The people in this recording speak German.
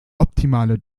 optimale